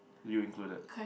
you included